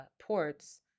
ports